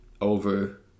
over